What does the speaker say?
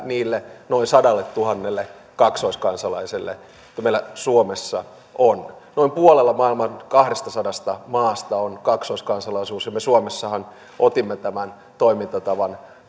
niille noin sadalletuhannelle kaksoiskansalaiselle jotka meillä suomessa on noin puolella maailman kahdestasadasta maasta on kaksoiskansalaisuus ja mehän suomessa otimme tämän toimintatavan